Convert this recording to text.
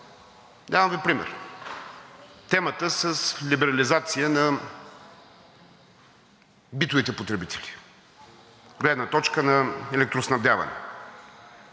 Давам Ви пример – темата с либерализация на битовите потребители от гледна точка на електроснабдяване.